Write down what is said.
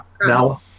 No